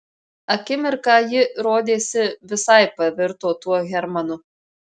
akimirką ji rodėsi visai pavirto tuo hermanu